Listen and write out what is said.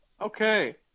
Okay